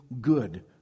good